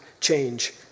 change